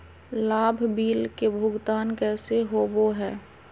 लाभ बिल के भुगतान कैसे होबो हैं?